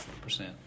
Percent